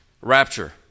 rapture